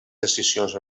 decisions